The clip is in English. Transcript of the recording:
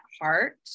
heart